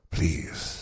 Please